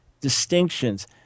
distinctions